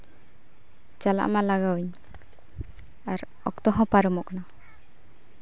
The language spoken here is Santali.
ᱪᱟᱞᱟᱜ ᱢᱟ ᱞᱟᱜᱟᱣ ᱤᱧ ᱟᱨ ᱚᱠᱛᱚ ᱦᱚᱸ ᱯᱟᱨᱚᱢᱚᱜ ᱠᱟᱱᱟ